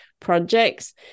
projects